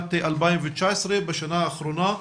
בשנת 2019, בשנה האחרונה,